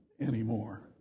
anymore